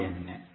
என்றால் என்ன